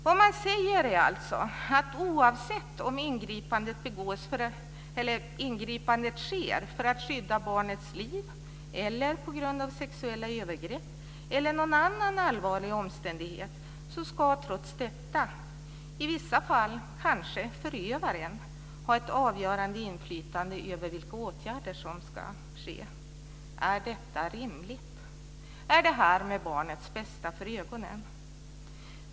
Vad man säger är alltså att oavsett om ingripandet sker för att skydda barnets liv eller på grund av sexuella övergrepp eller någon annan allvarlig omständighet ska i vissa fall förövaren ha ett avgörande inflytande över vilka åtgärder som ska ske. Är detta rimligt? Är det med barnets bästa för ögonen?